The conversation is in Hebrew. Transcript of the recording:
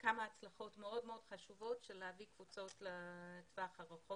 כמה הצלחות מאוד לגבי הבאת קבוצות בטווח הרחוק